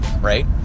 right